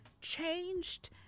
changed